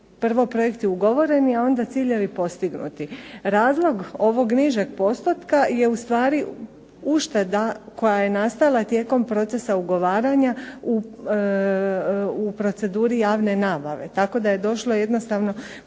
prvo projekti ugovoreni, a onda ciljevi postignuti. Razlog ovog nižeg postotka je u stvari ušteda koja je nastala tijekom procesa ugovaranja u proceduri javne nabave, tako da je došlo jednostavno